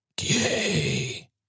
Yay